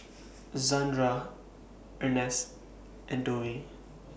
Zandra Ernst and Dovie